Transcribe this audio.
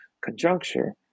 conjuncture